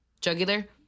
Jugular